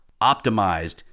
optimized